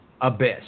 abyss